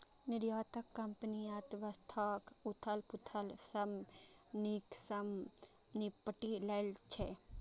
निर्यातक कंपनी अर्थव्यवस्थाक उथल पुथल सं नीक सं निपटि लै छै